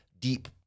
deep